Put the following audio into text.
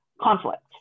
conflict